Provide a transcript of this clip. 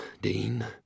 Dean